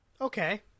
Okay